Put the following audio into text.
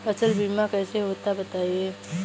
फसल बीमा कैसे होता है बताएँ?